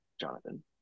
Jonathan